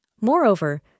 Moreover